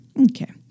Okay